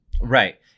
Right